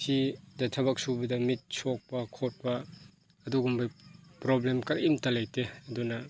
ꯁꯤꯗ ꯊꯕꯛ ꯁꯨꯕꯗ ꯃꯤꯠ ꯁꯣꯛꯄ ꯈꯣꯠꯄ ꯑꯗꯨꯒꯨꯝꯕꯒꯤ ꯄ꯭ꯔꯣꯕ꯭ꯂꯦꯝ ꯀꯔꯤꯝꯇ ꯂꯩꯇꯦ ꯑꯗꯨꯅ